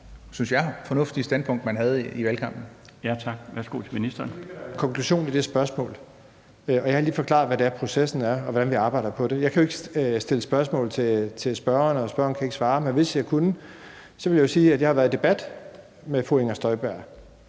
Tak. Værsgo til ministeren. Kl. 15:17 Skatteministeren (Jeppe Bruus): [Lydudfald] ... konklusionen i det spørgsmål, og jeg har lige forklaret, hvad processen er, og hvordan vi arbejder på det. Jeg kan jo ikke stille spørgsmål til spørgeren, og spørgeren kan ikke svare, men hvis jeg kunne, ville jeg sige, at jeg har været i debat med fru Inger Støjberg,